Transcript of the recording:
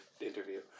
interview